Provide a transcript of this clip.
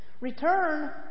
Return